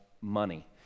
money